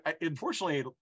unfortunately